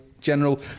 General